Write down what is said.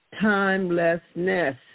timelessness